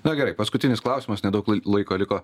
na gerai paskutinis klausimas nedaug laiko liko